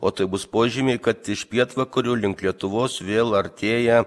o tai bus požymiai kad iš pietvakarių link lietuvos vėl artėja